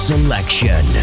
Selection